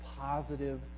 positive